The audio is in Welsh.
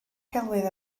celwydd